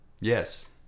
Yes